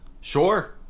Sure